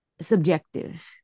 subjective